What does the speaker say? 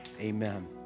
Amen